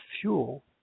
fuel